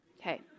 Okay